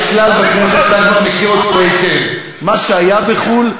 יש כלל בכנסת: מה שהיה בחו"ל,